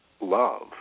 love